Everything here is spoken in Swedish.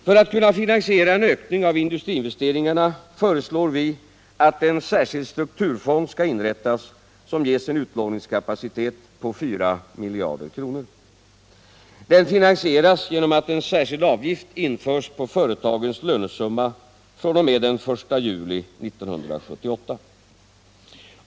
För att kunna finansiera en ökning av industriinvesteringarna föreslår vi att en särskild strukturfond skall inrättas som ges en utlåningskapacitet på 4 miljarder kronor. Fonden finansieras genom att en särskild avgift införs på företagens lönesumma fr.o.m. den 1 juli 1978.